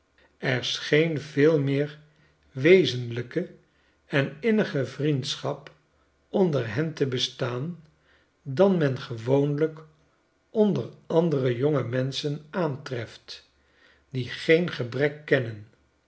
er scheen veel meer wezenlijke en innige vriendschap onder hen te bestaan dan men gewoonlijk onder andere jonge menschen aantreft die geen gebrek kennen